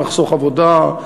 נחסוך עבודה,